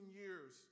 years